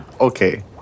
okay